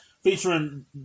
featuring